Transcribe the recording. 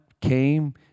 came